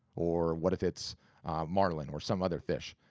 or what if it's marlin or some other fish?